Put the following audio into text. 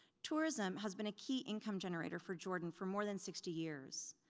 tourism has been a key income generator for jordan for more than sixty years.